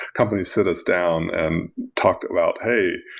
companies sit us down and talk about, hey,